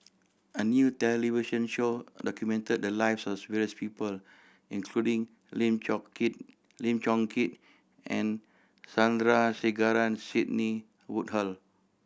a new television show documented the lives as various people including Lim Keat Lim Chong Keat and Sandrasegaran Sidney Woodhull